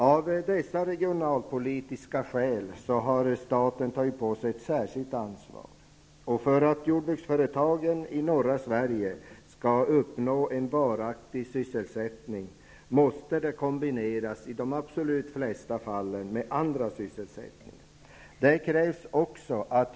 Av dessa regionalpolitiska skäl har staten tagit på sig ett särskilt ansvar. För att jordbruksföretagen i norra Sverige skall uppnå en varaktig sysselsättningsnivå måste de i de absolut flesta fallen kombineras med andra sysselsättningar.